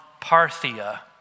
Parthia